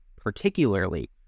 particularly